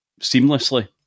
seamlessly